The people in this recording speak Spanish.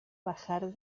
bajar